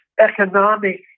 economic